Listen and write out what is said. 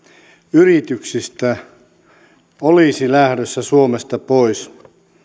yrityksistä olisi lähdössä suomesta pois